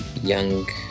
young